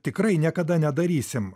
tikrai niekada nedarysim